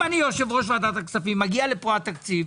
אם אני יושב-ראש ועדת הכספים, מגיע לפה התקציב,